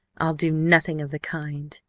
i'll do nothing of the kind.